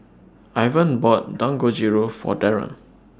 Ivan bought Dangojiru For Darron